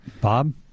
Bob